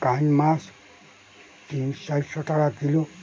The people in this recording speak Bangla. কান মাছ তিন চারশো টাকা কিলো